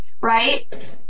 right